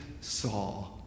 saw